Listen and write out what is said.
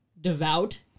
devout